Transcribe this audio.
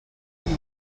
tens